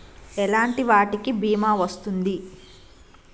ఎలాంటి వాటికి బీమా వస్తుంది?